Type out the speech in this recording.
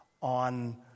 on